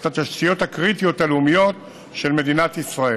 בחוק כ-26 גופי תשתיות קריטיות אשר מונחים על ידי המערך.